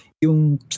Yung